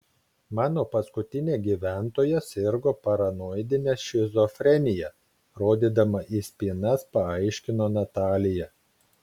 mano paskutinė gyventoja sirgo paranoidine šizofrenija rodydama į spynas paaiškino natalija